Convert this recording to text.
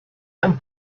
and